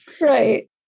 Right